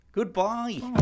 Goodbye